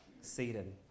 Seated